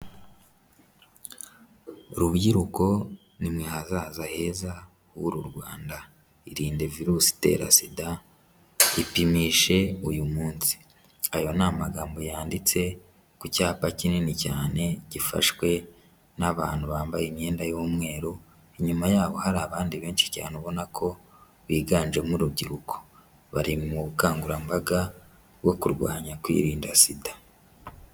Rubyiruko nimwe hazaza heza h'uru Rwanda irinde virusi itera sida ipimishe uyu munsi, ayo ni amagambo yanditse ku cyapa kinini cyane gifashwe n'abantu bambaye imyenda y'umweru, inyuma yabo hari abandi benshi cyane ubona ko biganjemo urubyiruko bari mu bukangurambaga bwo kurwanya kwirinda sida.